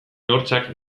hortzak